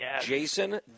Jason